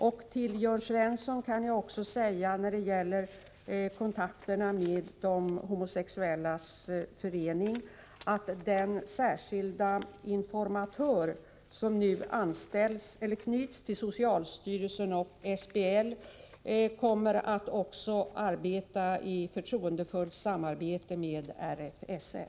När det gäller kontakterna med de homosexuellas förening vill jag också säga till Jörn Svensson att den särskilda informatör som i detta sammanhang knyts till socialstyrelsen och SBL även kommer att ha ett förtroendefullt samarbete med RFSL.